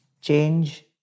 change